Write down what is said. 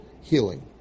healing